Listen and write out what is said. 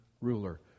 ruler